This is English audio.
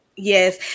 Yes